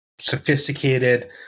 sophisticated